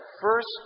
first